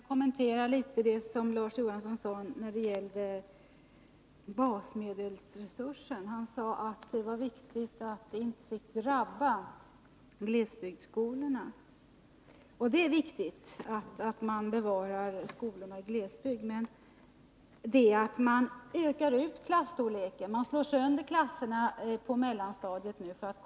Herr talman! Jag skulle vilja något kommentera det som Larz Johansson sade när det gäller basmedelsresursen. Han sade att det var viktigt att besparingarna inte drabbar glesbygdsskolorna. Och det är viktigt att bevara skolorna i glesbygd. Men för att komma upp i ett högre medeltal per klass måste man slå sönder klasserna på mellanstadiet.